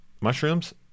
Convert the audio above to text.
mushrooms